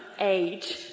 age